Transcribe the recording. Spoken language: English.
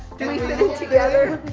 do we fit in together?